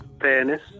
fairness